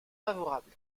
favorable